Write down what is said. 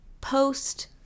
post